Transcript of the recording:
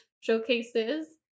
showcases